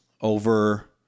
over